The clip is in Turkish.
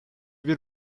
bir